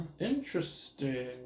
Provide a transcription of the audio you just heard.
Interesting